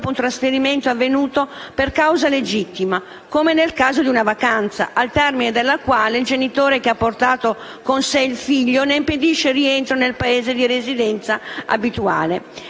un trasferimento avvenuto per causa legittima, come nel caso di una vacanza, al termine della quale il genitore che ha portato con sé il figlio ne impedisce il rientro nel Paese di residenza abituale.